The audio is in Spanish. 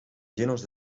llenos